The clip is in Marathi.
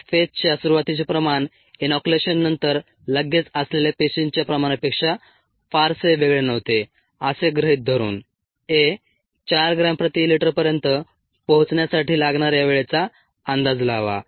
लॉग फेजच्या सुरूवातीचे प्रमाण इनोक्युलेशननंतर लगेच असलेल्या पेशींच्या प्रमाणापेक्षा फारसे वेगळे नव्हते असे गृहीत धरून 4 ग्रॅम प्रति लीटरपर्यंत पोहोचण्यासाठी लागणाऱ्या वेळेचा अंदाज लावा